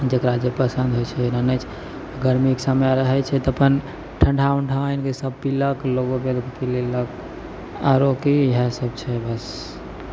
जकरा जे पसन्द होइ छै आनै छै गरमीके समय रहै छै तऽ अपन ठएडा उण्डा आनिके सब पिलक लोकोके पिलैलक आओर कि इएहसब छै बस